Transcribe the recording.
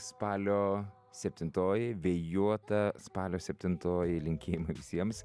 spalio septintoji vėjuota spalio septintoji linkėjimai visiems